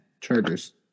Chargers